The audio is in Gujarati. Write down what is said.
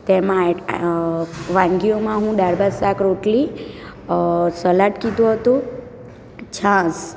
તો એમાં વાનગીઓમાં હું દાળ ભાત શાક રોટલી સલાડ કીધું હતું છાસ